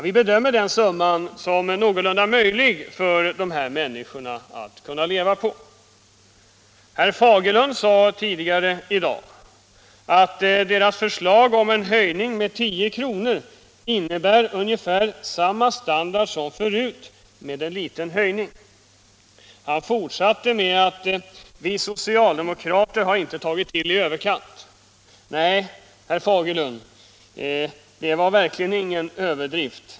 Vi bedömer den summan som någorlunda möjlig för dessa människor att leva på. Herr Fagerlund sade tidigare i dag att socialdemokraternas förslag om en höjning med 10 kr. innebär ungefär samma standard som förut med en liten höjning. Han fortsatte med att ”vi socialdemokrater har inte tagit till i överkant”. Nej, herr Fagerlund, det var verkligen ingen överdrift.